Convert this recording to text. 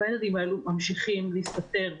והילדים האלה ממשיכים להסתתר,